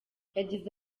yagize